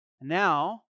Now